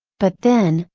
but then,